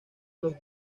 los